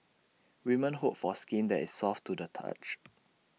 women hope for skin that is soft to the touch